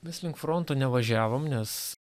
mes link fronto nevažiavom nes